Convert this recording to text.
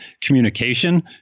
communication